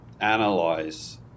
analyze